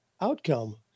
outcome